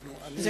אני